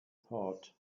thought